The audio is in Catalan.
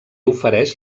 ofereix